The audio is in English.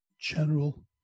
general